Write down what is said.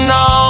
no